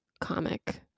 comic